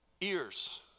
Ears